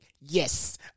Yes